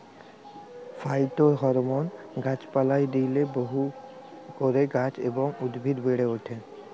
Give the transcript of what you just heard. phytohormone গাছ পালায় দিইলে বহু করে গাছ এবং উদ্ভিদ বেড়েক ওঠে